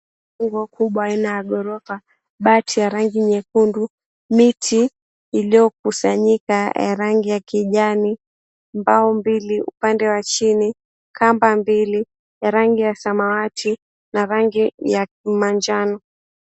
Jengo kubwa aina ya gorofa, bati ya rangi nyekundu, miti iliyokusanyika ya rangi ya kijani, mbao mbili upande wa chini, kamba mbili ya rangi ya samawati na rangi ya manjano.